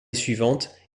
suivante